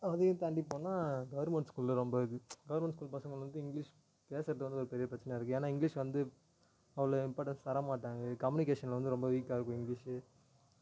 அதையும் தாண்டிப் போனால் கவர்மெண்ட் ஸ்கூலு ரொம்ப இது கவர்மெண்ட் ஸ்கூல் பசங்க வந்து இங்கிலீஷ் பேசுகிறது வந்து ஒரு பெரிய பிரச்சனையாக இருக்குது ஏன்னா இங்கிலீஷ் வந்து அவ்வளோ இம்பார்டென்ஸ் தரமாட்டாங்க கம்யூனிகேஷனில் வந்து ரொம்ப வீக்காக இருக்கும் இங்கிலீஷூ